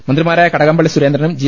മന്ത്രിമാരായ കടകംപള്ളി സുരേന്ദ്രനും ജി